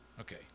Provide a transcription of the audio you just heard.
Okay